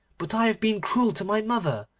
but i have been cruel to my mother,